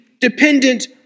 dependent